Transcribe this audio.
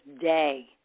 day